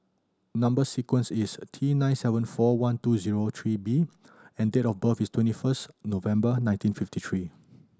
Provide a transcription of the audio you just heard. number sequence is T nine seven four one two zero three B and date of birth is twenty first November nineteen fifty three